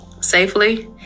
safely